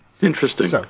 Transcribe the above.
Interesting